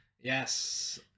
Yes